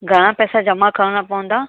घणा पैसा जमा करणा पवंदा